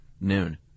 noon